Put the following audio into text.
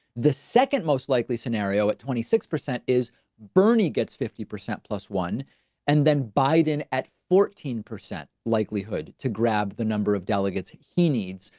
the second most likely scenario at twenty six percent is bernie gets fifty percent plus one and then by in at fourteen percent likelihood to grab the number of delegates he needs.